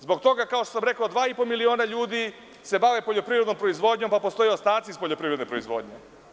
Zbog toga, kao što sam rekao, 2,5 miliona ljudi se bavi poljoprivrednom proizvodnjom, pa postoje ostaci iz poljoprivredne proizvodnje.